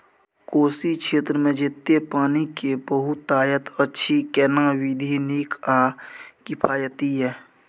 कोशी क्षेत्र मे जेतै पानी के बहूतायत अछि केना विधी नीक आ किफायती ये?